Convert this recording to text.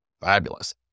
fabulous